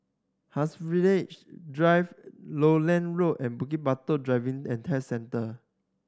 Haigsville Drive Lowland Road and Bukit Batok Driving and Test Centre